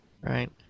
right